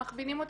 מכווינים אותך,